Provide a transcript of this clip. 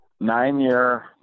nine-year